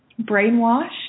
brainwashed